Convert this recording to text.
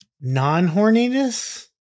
non-horniness